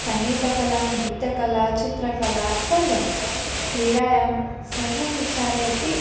सङ्गीतकला नृत्यकला चित्रकला सर्वं क्रीडायां सर्वं विचारे अपि